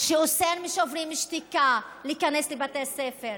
שאוסר על שוברים שתיקה להיכנס לבתי הספר,